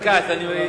לא,